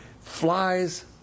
flies